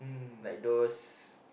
like those